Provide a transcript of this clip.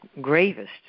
gravest